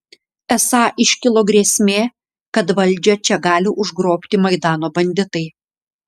esą iškilo grėsmė kad valdžią čia gali užgrobti maidano banditai